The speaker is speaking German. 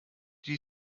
die